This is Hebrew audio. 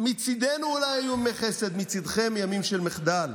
מצידנו אלה היו ימי חסד, מצידכם, ימים של מחדל.